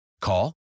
Call